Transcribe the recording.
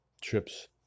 trips